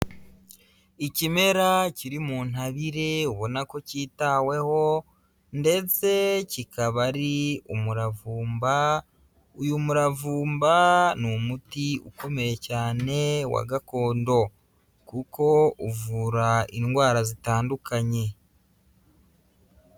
Ikimera kiri mu ntabire ubona ko kitaweho, ndetse kikaba ari umuravumba, uyu muravumba ni umuti ukomeye cyane wa gakondo kuko uvura indwara zitandukanye.